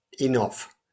enough